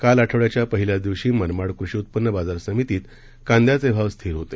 काल आठवड्याच्या पहिल्याच दिवशी मनमाड कृषी उत्पन्न बाजार समितीत कांद्याचे भाव स्थिर होते